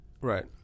Right